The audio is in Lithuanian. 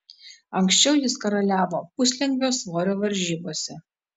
anksčiau jis karaliavo puslengvio svorio varžybose